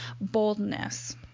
boldness